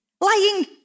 lying